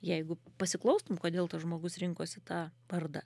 jeigu pasiklaustum kodėl tas žmogus rinkosi tą vardą